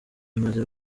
imaze